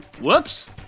whoops